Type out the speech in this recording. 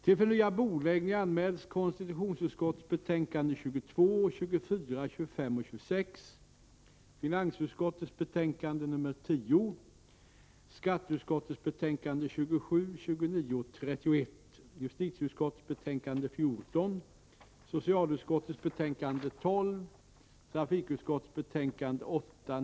I pressen har framkommit att det skulle förekomma särbehandling av vissa kategorier fångar inom kriminalvården. Ekonomiska brottslingar skulle få en bättre behandling än andra.